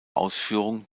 ausführung